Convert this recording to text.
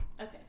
Okay